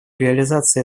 реализации